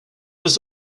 was